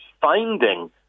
finding